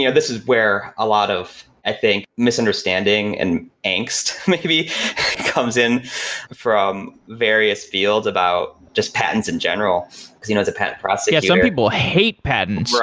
yeah this is where a lot of, i think misunderstanding and angst may be comes in from various fields about just patents in general, because you know as a patent prosecutor yeah, some people hate patents.